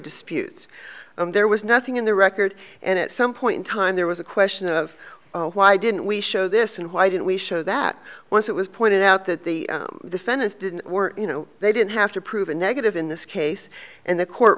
disputes there was nothing in the record and at some point in time there was a question of why didn't we show this and why didn't we show that once it was pointed out that the defendants didn't you know they didn't have to prove a negative in this case and the court